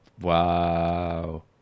Wow